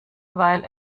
weil